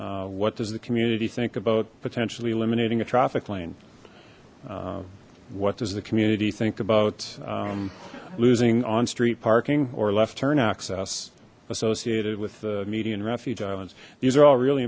what does the community think about potentially eliminating a traffic lane what does the community think about losing on street parking or left turn access associated with the median refuge islands these are all really